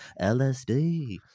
LSD